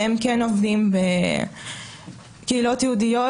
שהם כן עובדים בקהילות יהודיות,